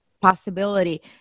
possibility